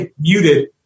muted